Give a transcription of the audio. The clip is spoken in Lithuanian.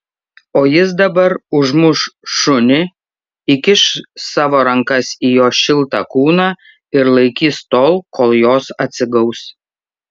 o jis dabar užmuš šunį įkiš savo rankas į jo šiltą kūną ir laikys tol kol jos atsigaus